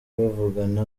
bavugana